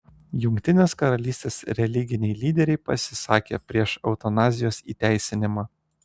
jungtinės karalystės religiniai lyderiai pasisakė prieš eutanazijos įteisinimą